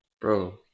bro